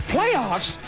Playoffs